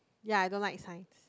ya I don't like science